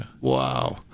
Wow